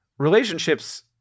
relationships